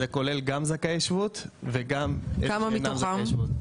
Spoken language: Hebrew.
זה כולל גם זכאי שבות וגם --- כמה מתוכם?